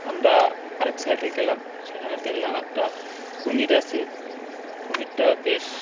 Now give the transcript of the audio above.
আমরা আরেক সাইডে গেলাম সেখানে দেখলাম একটা কুমির আসে কুমিরটা বেশ